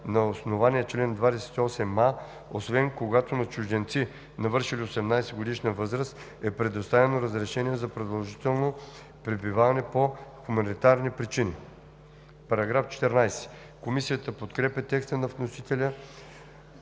на основание чл. 28а, освен когато на чужденци, навършили 18-годишна възраст, е предоставено разрешение за продължително пребиваване по хуманитарни причини.“ Комисията подкрепя текста на вносителя